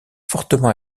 fortement